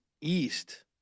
east